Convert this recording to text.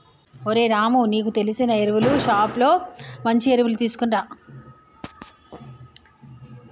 ఓరై రాము నీకు తెలిసిన ఎరువులు షోప్ లో మంచి ఎరువులు తీసుకునిరా